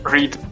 Read